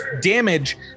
damage